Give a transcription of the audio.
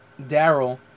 Daryl